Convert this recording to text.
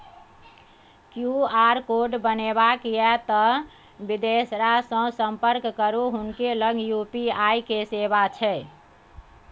QR code बनेबाक यै तए बिदेसरासँ संपर्क करू हुनके लग यू.पी.आई के सेवा छै